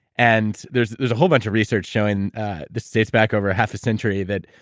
and there's there's a whole bunch of research showing this dates back over half a century that,